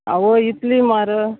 आवय इतली म्हारग